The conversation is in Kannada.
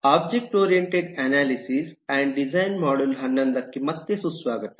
object oriented analysis and design module 11 ಕ್ಕೆ ಮತ್ತೆ ಸುಸ್ವಾಗತ